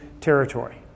territory